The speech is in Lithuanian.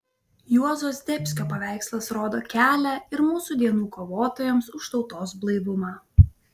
juozo zdebskio paveikslas rodo kelią ir mūsų dienų kovotojams už tautos blaivumą